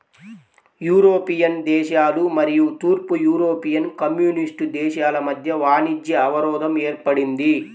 European దేశాలు మరియు తూర్పు యూరోపియన్ కమ్యూనిస్ట్ దేశాల మధ్య వాణిజ్య అవరోధం ఏర్పడింది